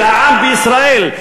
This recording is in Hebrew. של העם בישראל,